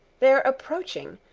they're approaching.